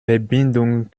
verbindung